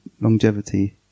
longevity